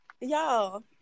Y'all